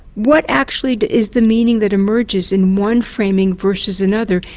what actually is the meaning that emerges in one framing versus another.